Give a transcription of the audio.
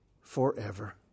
forever